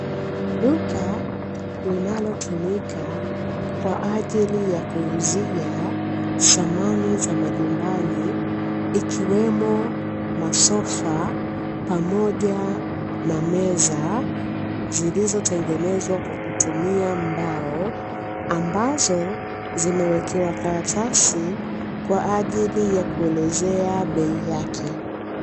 Duka linalotumika kwa ajili ya kuuzia samani za majumbani ikiwemo masofa pamoja na meza zilizotengenezwa kwa kutumia mbao ambazo zimewekewa karatasi kwa ajili ya kuelezea bei yake.